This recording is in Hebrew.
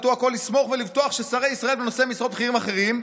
נטו הכול לסמוך ולבטוח ששרי ישראל ונושאי משרות בכירים אחרים,